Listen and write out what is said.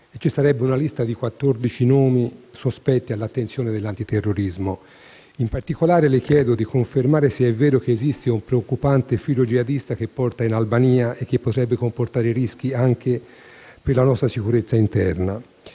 Ci sarebbe una lista di 14 nomi sospetti all'attenzione dell'antiterrorismo. Le chiedo di confermare se è vero che esiste un preoccupante filo jihadista che porta in Albania e che potrebbe comportare rischi anche per la nostra sicurezza interna.